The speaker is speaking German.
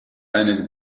eine